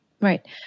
Right